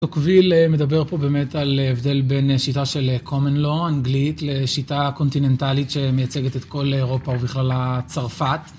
תוקביל מדבר פה באמת על הבדל בין שיטה של common law אנגלית לשיטה קונטיננטלית שמייצגת את כל אירופה ובכללה צרפת.